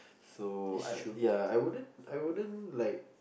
so I ya I wouldn't I wouldn't like